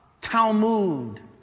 Talmud